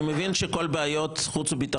אני מבין שכל בעיות חוץ וביטחון כבר נפתרו.